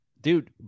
dude